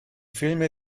filme